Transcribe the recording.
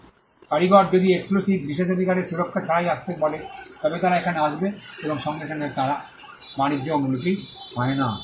যদি কারিগর যদি এক্সক্লুসিভ বিশেষাধিকারের সুরক্ষা ছাড়াই আসতে বলে তবে তারা এখানে আসবে এবং সঙ্গে সঙ্গে eতারা বাণিজ্য অনুলিপি হয় না